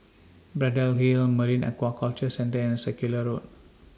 Braddell Hill Marine Aquaculture Centre and Circular Road